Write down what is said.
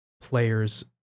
players